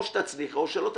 או תצליחי או לא תצליחי.